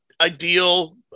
ideal